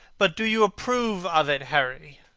but do you approve of it, harry?